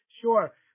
sure